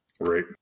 Right